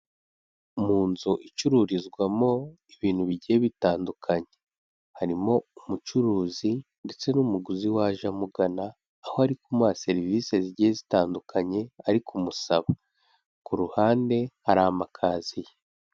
Mu nzu icururizwamo ibintu bigiye bitandukanye, harimo umucuruzi ndetse n'umuguzi waje amugana, aho ari kumuha serivisi zigiye zitandukanye ari kumusaba. Ku ruhande hari amakaziye.